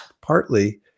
Partly